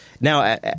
now